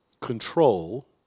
Control